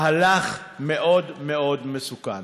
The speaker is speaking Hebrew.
מהלך מאוד מאוד מסוכן.